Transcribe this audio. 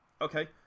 Okay